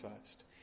first